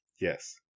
Yes